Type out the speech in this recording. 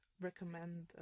recommend